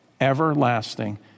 Everlasting